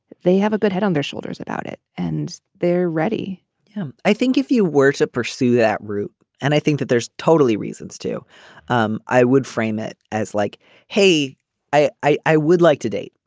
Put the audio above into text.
they have a good head on their shoulders about it and they're ready yeah um i think if you were to pursue that route and i think that there's totally reasons too um i would frame it as like hey i i would like to date.